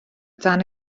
dan